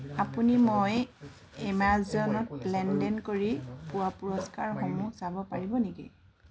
আপুনি মই এমাজনত লেনদেন কৰি পোৱা পুৰস্কাৰসমূহ চাব পাৰিব নেকি